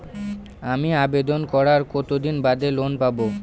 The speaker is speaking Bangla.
আমি আবেদন করার কতদিন বাদে লোন পাব?